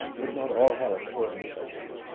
could not all hell afford you such a devil?